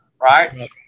right